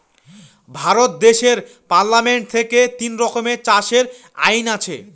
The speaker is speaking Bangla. ভারত দেশের পার্লামেন্ট থেকে তিন রকমের চাষের আইন আছে